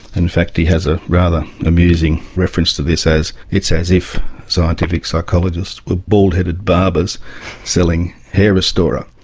in fact he has a rather amusing reference to this as, it's as if scientific psychologists were bald-headed barbers selling hair restorer.